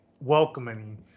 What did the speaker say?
welcoming